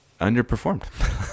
underperformed